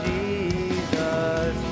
Jesus